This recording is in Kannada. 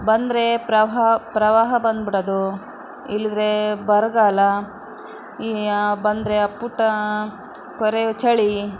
ಬಂದರೆ ಪ್ರಹಾ ಪ್ರವಾಹ ಬಂದ್ಬಿಡೋದು ಇಲ್ದಿದ್ರೆ ಬರಗಾಲ ಈ ಬಂದರೆ ಅಪ್ಪಟ ಕೊರೆಯೋ ಚಳಿ